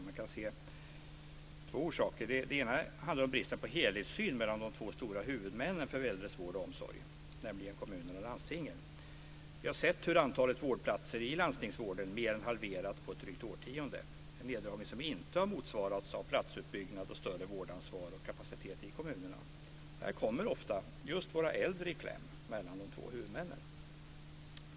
Man kan se två orsaker. Den ena handlar om bristen på helhetssyn mellan de två stora huvudmännen för äldres vård och omsorg, nämligen kommunerna och landstingen. Vi har sett hur antalet vårdplatser i landstingsvården mer än halverats på ett drygt årtionde. Det är en neddragning som inte har motsvarats av en platsutbyggnad och större vårdansvar och kapacitet i kommunerna. Just våra äldre kommer ofta i kläm mellan de två huvudmännen.